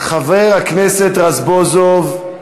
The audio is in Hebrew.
חבר הכנסת רזבוזוב,